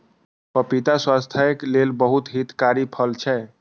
पपीता स्वास्थ्यक लेल बहुत हितकारी फल छै